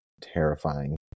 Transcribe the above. terrifying